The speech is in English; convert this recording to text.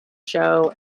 show